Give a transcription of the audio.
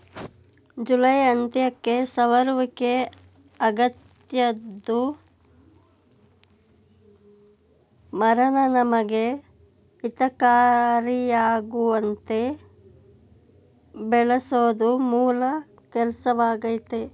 July ಅಂತ್ಯಕ್ಕೆ ಸವರುವಿಕೆ ಅಗತ್ಯದ್ದು ಮರನ ನಮಗೆ ಹಿತಕಾರಿಯಾಗುವಂತೆ ಬೆಳೆಸೋದು ಮೂಲ ಕೆಲ್ಸವಾಗಯ್ತೆ